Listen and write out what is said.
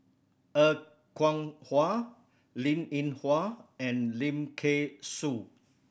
Er Kwong Wah Linn In Hua and Lim Kay Siu